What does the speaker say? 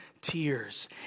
tears